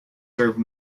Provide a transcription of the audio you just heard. serves